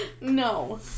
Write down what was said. No